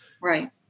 right